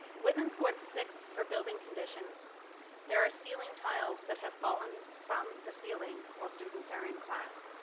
whitman scored sixth for building conditions there are ceiling tiles that have fallen from the ceiling while students are in class.